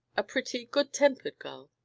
a pretty, good-tempered girl,